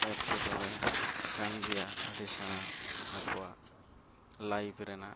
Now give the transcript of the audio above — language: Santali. ᱮᱴᱠᱮᱴᱚᱬᱮ ᱠᱟᱱ ᱜᱮᱭᱟ ᱟᱹᱰᱤ ᱥᱮᱬᱟ ᱟᱠᱚᱣᱟᱜ ᱨᱮᱱᱟᱜ